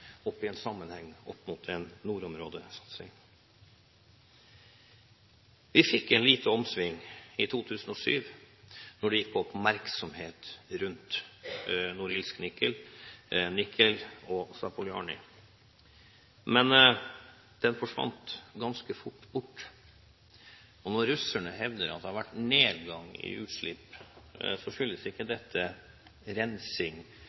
en nordområdesatsing. Vi fikk et lite omslag i 2007 da det ble oppmerksomhet rundt Norilsk Nickel, Nikel og Zapoljarnij, men det forsvant ganske fort. Når russerne hevder at det har vært nedgang i utslipp, skyldes ikke dette rensing